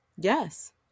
Yes